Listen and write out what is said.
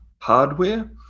hardware